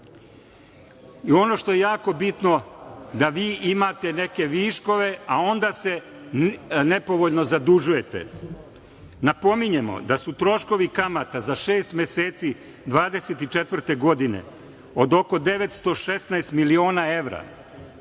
Ono što je jako bitno da vi imate neke viškove, a onda se nepovoljno zadužujete. Napominjemo da su troškovi kamata za šest meseci 2024. godine od oko 916 miliona evra